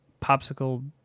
popsicle